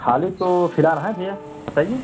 खाली तो फिलहाल हैं भैया बताइए